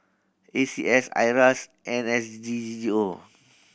A C S IRAS and N S D G O